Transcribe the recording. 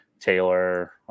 Taylor